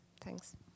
Thanks